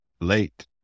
late